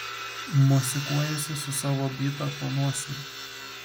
mosikuojasi su savo byta po nosim